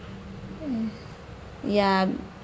ya